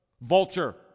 Vulture